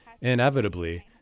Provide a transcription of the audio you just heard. inevitably